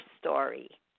story